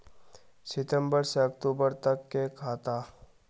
सितम्बर से अक्टूबर तक के खाता?